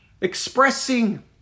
expressing